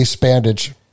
bandage